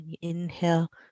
Inhale